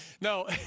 No